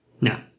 No